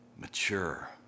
mature